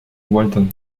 walton